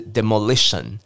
Demolition